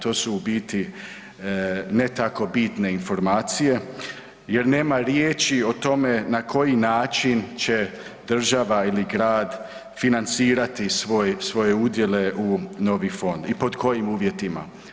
To su u biti ne tako bitne informacije jer nema riječi o tome na koji način će država ili grad financirati svoje udjele u novi fond i pod kojim uvjetima.